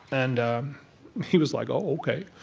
and um he was like, oh, ok.